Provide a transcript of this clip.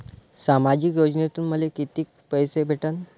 सामाजिक योजनेतून मले कितीक पैसे भेटन?